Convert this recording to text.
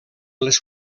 les